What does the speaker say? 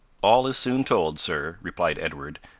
all is soon told, sir, replied edward,